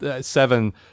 seven